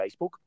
Facebook